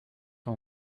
how